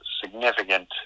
significant